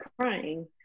crying